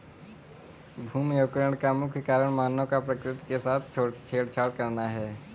भूमि अवकरण का मुख्य कारण मानव का प्रकृति के साथ छेड़छाड़ करना है